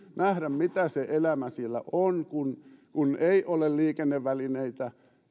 nähdä mitä se elämä siellä on kun kun ei ole liikennevälineitä